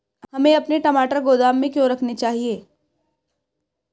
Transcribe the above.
हमें अपने टमाटर गोदाम में क्यों रखने चाहिए?